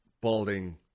balding